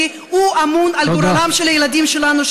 כי הוא אמון על גורלם של הילדים שלנו,